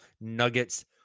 nuggets